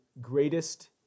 greatest